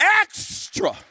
extra